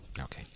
Okay